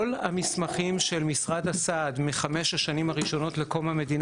אנחנו כל הזמן ממשיכים לחפש ולנסות להגדיל את הצוות